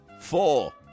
Four